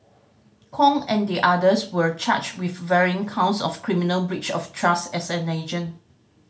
Kong and the others were charged with varying counts of criminal breach of trust as an agent